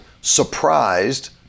Surprised